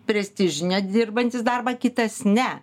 prestižinę dirbantis darbą kitas ne